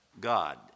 God